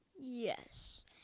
Yes